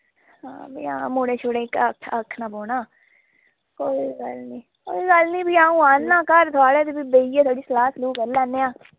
हां फ्ही हां मुड़ें शुड़ें क आक्ख आक्खना पौने कोई गल्ल नी कोई गल्ल नी फ्ही अ'ऊं आना घर थोआड़े ते फ्ही बेहियै थोह्ड़ी सलाह् सलूह् कर लैन्ने आं